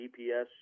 GPS